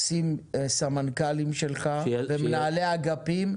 שים סמנכ"לים שלך ומנהלי אגפים,